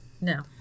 No